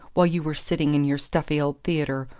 while you were sitting in your stuffy old theatre,